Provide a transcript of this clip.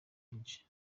bwinshi